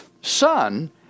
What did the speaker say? Son